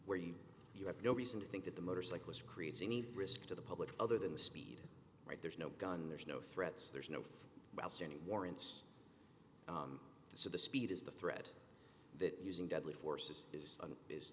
where you you have no reason to think that the motorcyclist creates any risk to the public other than the speed right there's no gun there's no threats there's no outstanding warrants so the speed is the threat that using deadly force is is